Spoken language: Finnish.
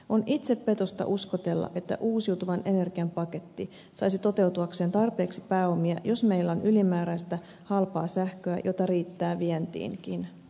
on itsepetosta uskotella että uusiutuvan energian paketti saisi toteutuakseen tarpeeksi pääomia jos meillä on ylimääräistä halpaa sähköä jota riittää vientiinkin